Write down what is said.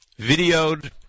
videoed